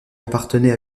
appartenait